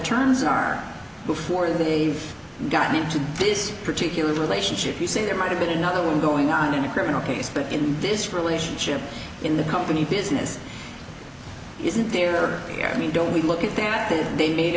terms are before they got into this particular relationship you see there might have been another were going on in a criminal case but in this relationship in the company business isn't there i mean don't we look at that they made